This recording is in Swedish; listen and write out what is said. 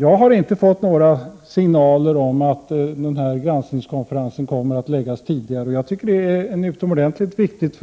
Jag har inte fått några signaler om att denna granskningskonferens kommer att tidigareläggas, och jag tycker att det är utomordentligt viktigt